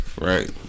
Right